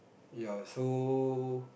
ya so